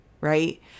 right